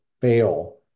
fail